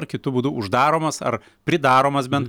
na kitu būdu uždaromas ar pridaromas bent